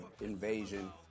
invasion